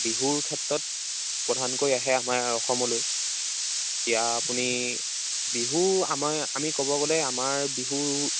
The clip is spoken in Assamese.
বিহুৰ ক্ষেত্ৰত প্ৰধানকৈ আহে আমাৰ অসমলৈ এতিয়া আপুনি বিহু আমি ক'ব গ'লে আমাৰ বিহু